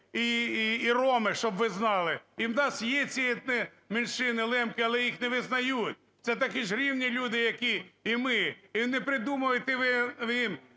і роми, щоб ви знали. І в нас є ці етноменшини – лемки, але їх не визнають. Це такі ж рівні люди, як і ми. І не придумуйте ви